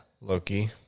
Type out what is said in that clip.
Loki